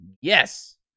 yes